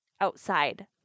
outside